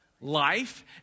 Life